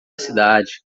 cidade